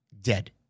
dead